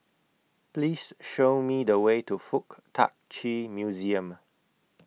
Please Show Me The Way to Fuk Tak Chi Museum